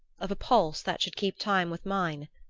of a pulse that should keep time with mine.